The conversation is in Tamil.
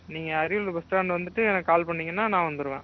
நீங்கள் அரியலூர் பஸ் ஸ்டாண்டு வந்துவிட்டு எனக்கு கால் பண்ணீங்கன்னா நான் வந்துருவேன்